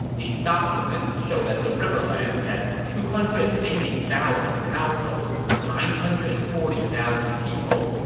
these documents showed that the riverlands had two hundred and eighty thousand households, nine hundred and forty thousand people,